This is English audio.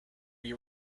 you